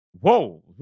whoa